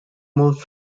moved